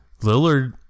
Lillard